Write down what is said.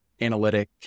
analytic